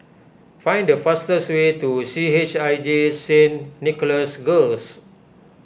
find the fastest way to C H I J Saint Nicholas Girls